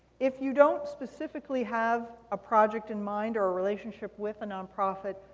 if you don't specifically have a project in mind or a relationship with a nonprofit,